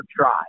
try